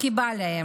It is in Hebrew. כי בא להם,